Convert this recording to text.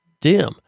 dim